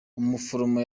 umuforomo